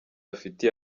afitiye